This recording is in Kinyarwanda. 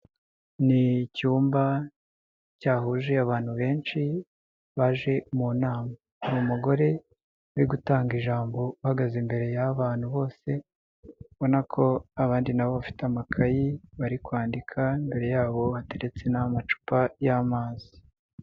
Ni icyumba cyahuje abantu benshi baje mu nama, ni umugore uri gutanga ijambo uhagaze imbere y'abantu bose, ubona ko abandi nabo bafite amakayi bari kwandika, imbere yabo hateretse n'amacupa y'amazi.